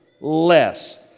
less